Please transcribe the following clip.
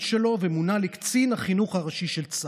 שלו ומונה לקצין החינוך הראשי של צה"ל.